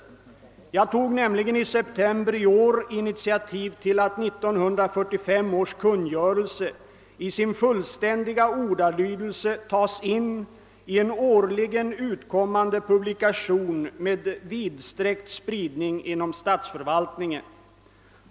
Jag tog nämligen i september i år initiativ till att 1945 års kungörelse i sin fullständiga ordalydelse tas in i en årligen utkommande publikation med vidsträckt spridning inom statsförvaltningen.